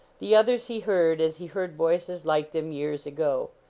the others he heard, as he heard voices like them years ago.